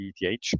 ETH